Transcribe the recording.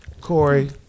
Corey